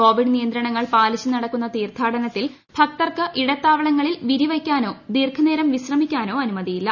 Covid നിയന്ത്രണങ്ങൾ പാലിച്ച് നടക്കുന്ന തീർത്ഥാടനത്തിൽ ഭക്തർക്ക് ഇടത്താവളങ്ങളിൽ വിരിവയ്ക്കാനോ ദീർഘനേരം വിശ്രമിക്കാനോ അനുമതിയില്ല